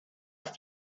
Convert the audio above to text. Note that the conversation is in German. ist